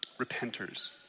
repenters